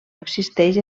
existeix